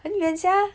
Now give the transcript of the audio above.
很远 sia